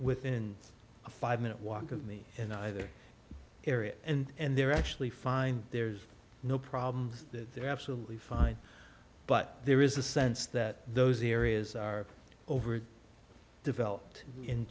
within a five minute walk of me in either area and they're actually fine there's no problems that they're absolutely fine but there is a sense that those areas are over developed in